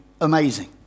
amazing